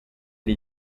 ari